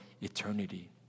eternity